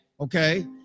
Okay